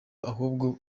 ahubwo